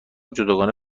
جداگانه